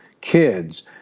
kids